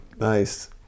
nice